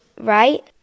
right